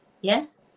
yes